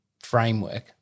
framework